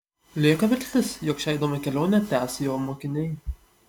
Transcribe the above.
lieka viltis jog šią įdomią kelionę tęs jo mokiniai